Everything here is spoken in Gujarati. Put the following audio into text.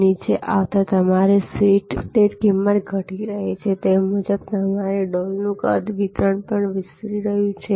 નીચે આવતા તમારી સીટ દીઠ કિંમત ઘટી રહી છે અને તે મુજબ તમારી ડોલનું કદ પણ વિસ્તરી રહ્યું છે